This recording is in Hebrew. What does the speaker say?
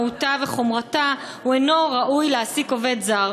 מהותה וחומרתה הוא אינו ראוי להעסיק עובד זר,